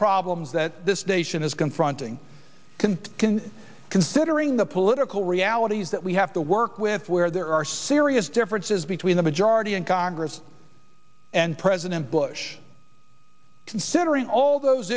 problems that this nation is confronting can can considering the political realities that we have to work with where there are serious differences between the majority in congress and president bush considering all those